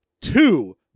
two